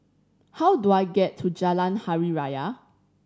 how do I get to Jalan Hari Raya